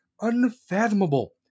unfathomable